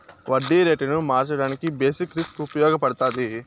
వడ్డీ రేటును మార్చడానికి బేసిక్ రిస్క్ ఉపయగపడతాది